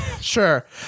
sure